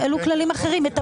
אלו כללים אחרים.